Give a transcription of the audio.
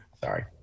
Sorry